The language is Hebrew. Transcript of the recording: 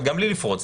אבל גם בלי לפרוץ,